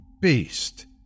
beast